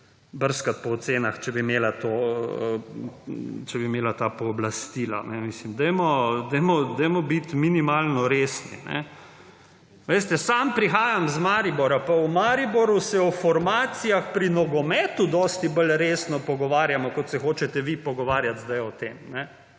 brskati po ocenah, če bi imela ta pooblastila. Mislim, dajmo biti minimalno resni. Veste, sam prihajam iz Maribora, pa v Mariboru se o formacijah pri nogometu dosti bolj resno pogovarjamo kot se hočete vi pogovarjati zdaj o tem.